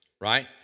right